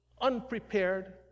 unprepared